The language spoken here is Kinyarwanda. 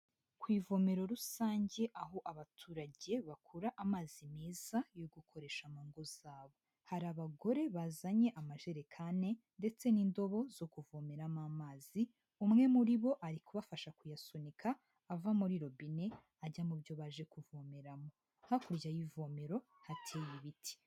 Ku ivomero rusange aho abaturage bakura amazi meza yo gukoresha mu ngo zabo. Hari abagore bazanye amajerekane ndetse n'indobo zo kuvomeramo amazi. Umwe muri bo arikubafasha kuyasunika ava muri robine ajya mu byo baje kuvomeramo. Hakurya y'ivomero hateye ibiti.